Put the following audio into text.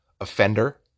offender